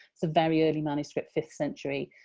it's a very early manuscript, fifth century.